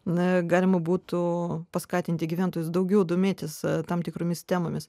na galima būtų paskatinti gyventojus daugiau domėtis tam tikromis temomis